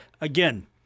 again